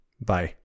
Bye